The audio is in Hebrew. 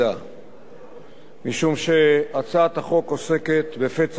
כי הצעת החוק עוסקת בפצע פתוח בחברה הישראלית: